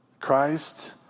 Christ